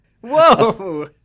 Whoa